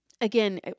Again